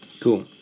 Cool